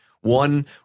One